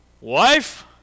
Wife